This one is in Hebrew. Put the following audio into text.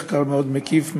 מחקר מאוד מקיף,